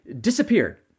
disappeared